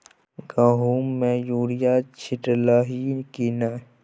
गहुम मे युरिया छीटलही की नै?